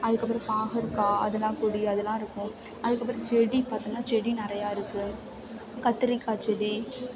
அதுக்கப்புறம் பாகற்காய் அதெலாம் கொடி அதெலாம் இருக்கும் அதுக்கப்புறம் செடி பார்த்தோன்னா செடி நிறையா இருக்குது கத்திரிக்காய் செடி